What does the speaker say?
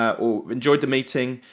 or enjoyed the meeting,